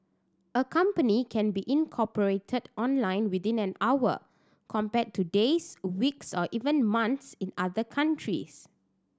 a company can be incorporated online within an hour compared to days weeks or even months in other countries